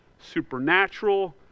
supernatural